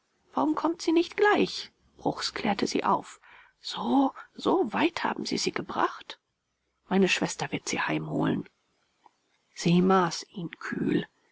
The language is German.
warum kommt sie nicht gleich bruchs klärte sie auf so so weit haben sie sie gebracht meine schwester wird sie heimholen sie maß ihn kühl